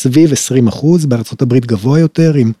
‫סביב 20%. בארה״ב גבוה יותר, עם...